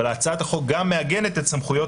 אבל הצעת החוק גם מעגנת את סמכויות